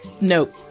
Nope